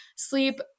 Sleep